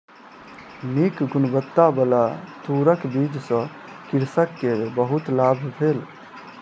नीक गुणवत्ताबला तूरक बीज सॅ कृषक के बहुत लाभ भेल